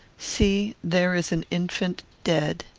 see there is an infant dead.